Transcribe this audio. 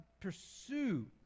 pursue